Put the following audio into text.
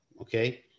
Okay